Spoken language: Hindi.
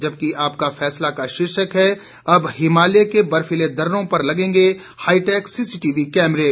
जबकि आपका फैसला का शीर्षक है अब हिमालय के बर्फीले दर्रों पर लगेंगे हाईटैक सीसीटीवी कैमरे